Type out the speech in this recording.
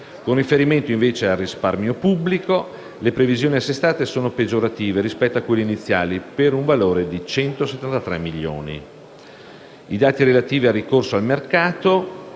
Con riferimento, invece, al risparmio pubblico le previsioni assestate sono peggiorative, rispetto a quelle iniziali, per un valore di 173 milioni. I dati relativi al ricorso al mercato